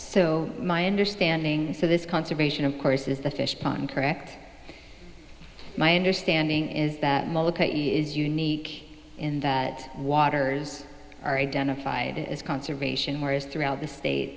so my understanding so this conservation of course is the fish pond correct my understanding is that it is unique in that waters are identified as conservation whereas throughout the state